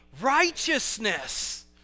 righteousness